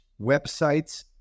websites